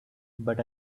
but